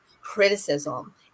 criticism